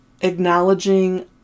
acknowledging